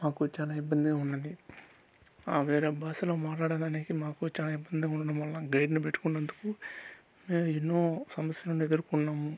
మాకు చాలా ఇబ్బందిగా ఉన్నది వేరే భాషలో మాట్లాడేదానికి మాకు చాలా ఇబ్బందిగా ఉండడం వల్ల గైడ్ని పెట్టుకున్నందుకు మేము ఎన్నో సమస్యలను ఎదుర్కొన్నాము